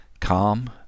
Calm